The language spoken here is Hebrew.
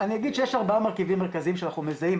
אני אגיד שיש ארבעה מרכיבים מרכזיים שאנחנו מזהים,